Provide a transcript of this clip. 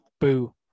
boo